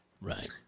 Right